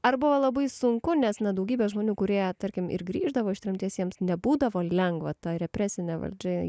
ar buvo labai sunku nes na daugybė žmonių kurie tarkim ir grįždavo iš tremties jiems nebūdavo lengva ta represinė valdžia